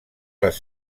les